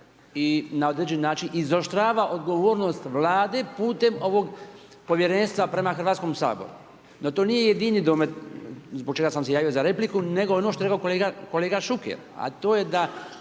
i na određeni način izoštrava odgovornost Vlade putem ovog povjerenstva prema Hrvatskog sabora. No to nije jedini domet zbog čega sam se javio za repliku, nego ono što je rekao kolega Šuker, a to je da